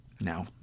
Now